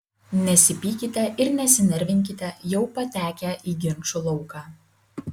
nesipykite ir nesinervinkite jau patekę į ginčų lauką